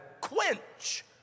quench